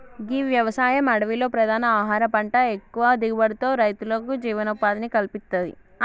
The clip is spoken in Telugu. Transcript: గీ వ్యవసాయం అడవిలో ప్రధాన ఆహార పంట ఎక్కువ దిగుబడితో రైతులకు జీవనోపాధిని కల్పిత్తది